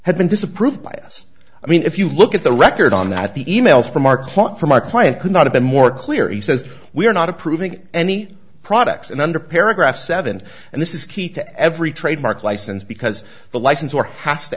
had been disapproved by us i mean if you look at the record on that the e mails from our client from our client could not have been more clear he says we are not approving any products and under paragraph seven and this is key to every trademark license because the license or has to